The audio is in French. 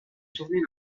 tournée